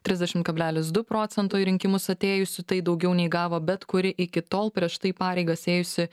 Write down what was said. trisdešim kablelis du procento į rinkimus atėjusių tai daugiau nei gavo bet kuri iki tol prieš tai pareigas ėjusi